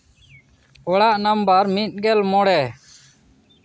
ᱚᱲᱟᱜ ᱱᱟᱢᱵᱟᱨ ᱢᱤᱫ ᱜᱮᱞ ᱢᱚᱬᱮ